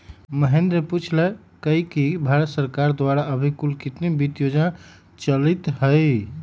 महेंद्र ने पूछल कई कि भारत सरकार द्वारा अभी कुल कितना वित्त योजना चलीत हई?